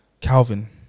Calvin